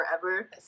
forever